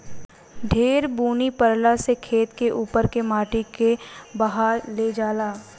ढेर बुनी परला से खेत के उपर के माटी के बहा ले जाला